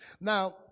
Now